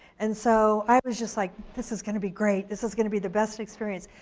and so i was just like, this is gonna be great, this is gonna be the best experience.